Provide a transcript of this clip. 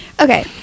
Okay